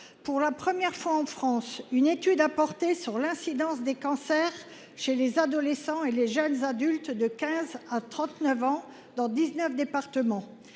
pour la première fois en France, une étude a porté sur l’incidence des cancers chez les adolescents et les jeunes adultes de 15 à 39 ans, dans dix neuf départements.